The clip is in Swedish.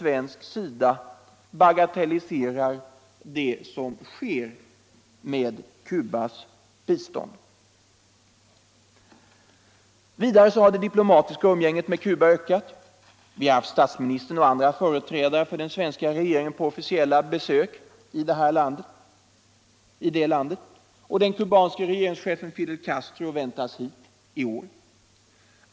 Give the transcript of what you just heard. Vidare har det diplomatiska umgänget med Cuba ökat. Statsministern besök i det landet. Den kubanske regeringschefen Fidel Castro väntas — Onsdagen den till Sverige i år.